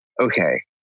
okay